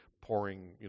pouring